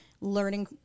learning